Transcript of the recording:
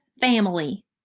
family